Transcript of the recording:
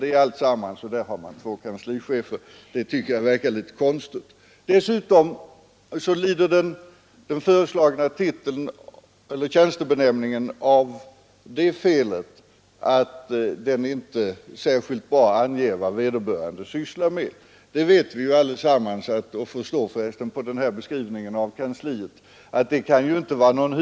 Detta är alltsammans Dessutom lider den föreslagna tjänstebenämningen av det felet att den inte kansliet förstår vi alla att det inte kan vara någon huvuduppgift; det är kilt bra anger vad vederbörande sysslar med.